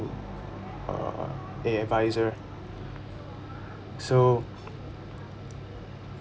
uh a adviser so